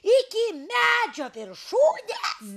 iki medžio viršūnės